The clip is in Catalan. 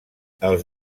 els